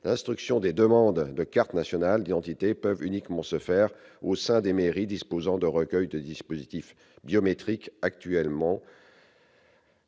l'instruction des demandes de cartes nationales d'identité peut uniquement se faire au sein des mairies disposant de dispositifs de recueil des données biométriques actuellement